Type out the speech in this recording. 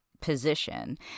position